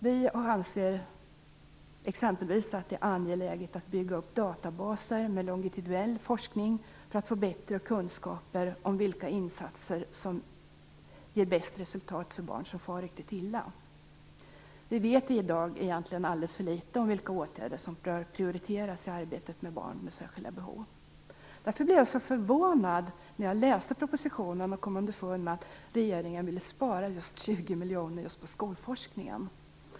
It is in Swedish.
Vi anser exempelvis att det är angeläget att bygga upp databaser med longitudinell forskning för att få bättre kunskaper om vilka insatser som ger bäst resultat för barn som far riktigt illa. I dag vet vi egentligen alldeles för litet om vilka åtgärder som bör prioriteras i arbetet med barn med särskilda behov. Därför blev jag så förvånad när jag läste propositionen och kom underfund med att regeringen vill spara 20 miljoner just på skolforskningen.